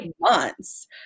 months